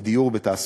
בדיור ובתעסוקה,